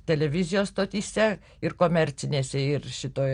televizijos stotyse ir komercinėse ir šitoj